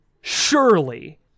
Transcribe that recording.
surely